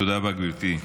תודה רבה, גברתי.